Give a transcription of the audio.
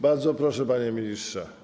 Bardzo proszę, panie ministrze.